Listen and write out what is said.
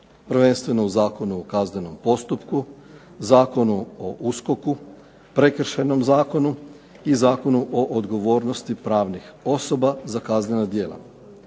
prvenstveno u Zakonu o kaznenom postupku, Zakonu o USKOK-u, Prekršajnom zakonu i Zakonu o odgovornosti pravnih osoba za kaznena djela,